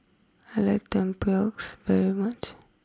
I like Tempoyak very much